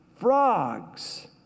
Frogs